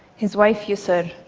his wife yusor,